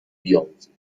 بیاموزیم